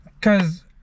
cause